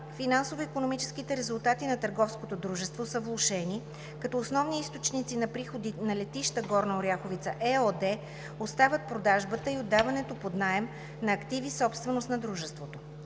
финансово-икономическите резултати на търговското дружество са влошени, като основните източници на приходи за „Летище Горна Оряховица“ ЕООД остават продажбата и отдаването под наем на активи – собственост на дружеството.